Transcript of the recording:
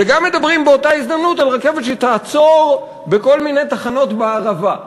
וגם מדברים באותה הזדמנות על רכבת שתעצור בכל מיני תחנות בערבה.